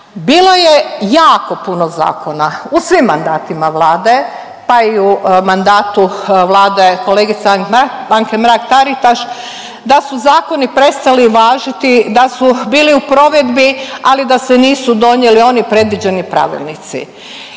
Bilo je jako puno zakona u svim mandatima Vlade, pa i u mandatu Vlade kolegice Anke Mrak-Taritaš, da su zakoni prestali važiti, da su bili u provedbi, ali da se nisu donijeli oni predviđeni pravilnici.